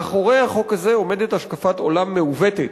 מאחורי החוק הזה עומדת השקפת עולם מעוותת,